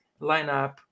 lineup